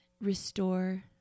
restore